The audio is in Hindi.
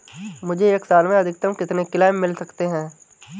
मुझे एक साल में अधिकतम कितने क्लेम मिल सकते हैं?